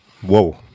Whoa